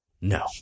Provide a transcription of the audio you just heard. No